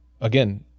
again